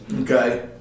Okay